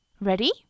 ready